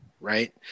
right